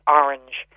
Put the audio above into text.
orange